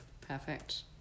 Perfect